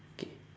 okay